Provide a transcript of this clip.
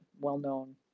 well-known